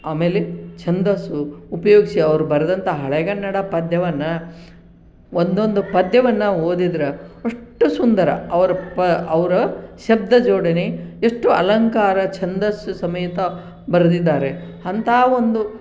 ಆಮೇಲೆ ಛಂದಸ್ಸು ಉಪಯೋಗಿಸಿ ಅವರು ಬರೆದಂತ ಹಳೆಗನ್ನಡ ಪದ್ಯವನ್ನು ಒಂದೊಂದು ಪದ್ಯವನ್ನು ಓದಿದ್ರೆ ಅಷ್ಟು ಸುಂದರ ಅವ್ರು ಪ ಅವ್ರ ಶಬ್ದ ಜೋಡಣೆ ಎಷ್ಟು ಅಲಂಕಾರ ಛಂದಸ್ಸು ಸಮೇತ ಬರೆದಿದ್ದಾರೆ ಅಂತಹ ಒಂದು